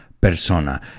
persona